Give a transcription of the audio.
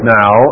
now